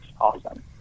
awesome